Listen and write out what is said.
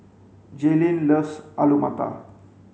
Jaelynn loves Alu Matar